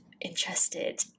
interested